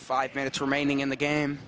five minutes remaining in the game